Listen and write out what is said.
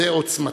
זו עוצמתה.